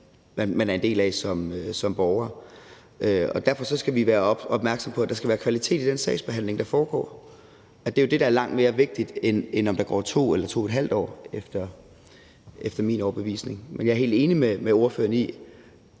man er en del af som borger. Derfor skal vi være opmærksomme på, at der skal være kvalitet i den sagsbehandling, der foregår. Det er jo det, der er langt mere vigtigt, end om der går 2 eller 2½ år, efter min overbevisning. Men jeg er helt enig med ordføreren i,